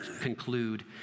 conclude